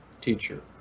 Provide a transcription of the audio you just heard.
teacher